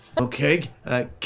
Okay